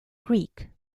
greek